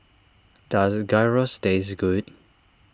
does Gyros taste good